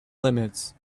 limits